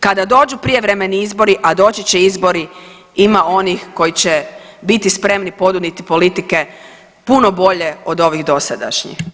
Kada dođu prijevremeni izbori, a doći će izbori ima onih koji će biti spremni ponuditi politike puno bolje od ovih dosadašnjih.